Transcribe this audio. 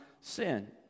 sin